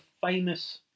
famous